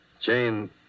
Jane